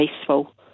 peaceful